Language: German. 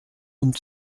und